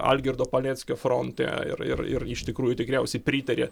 algirdo paleckio fronte ir ir ir iš tikrųjų tikriausiai pritarė